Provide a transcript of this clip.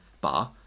Bar